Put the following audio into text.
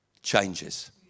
changes